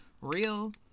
real